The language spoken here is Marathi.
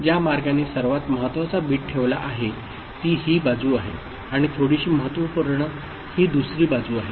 आणि ज्या मार्गाने सर्वात महत्वाचा बिट ठेवला आहे ती ही बाजू आहे आणि थोडीशी महत्त्वपूर्ण ही दुसरी बाजू आहे